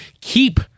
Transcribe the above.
keep